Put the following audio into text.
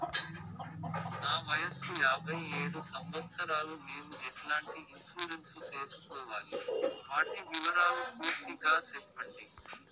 నా వయస్సు యాభై ఏడు సంవత్సరాలు నేను ఎట్లాంటి ఇన్సూరెన్సు సేసుకోవాలి? వాటి వివరాలు పూర్తి గా సెప్పండి?